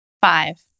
Five